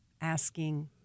asking